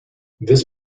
this